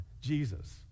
Jesus